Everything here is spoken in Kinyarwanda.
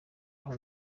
aho